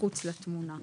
מחוץ לתמונה.